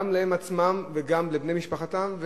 גם להם עצמם וגם לבני משפחתם.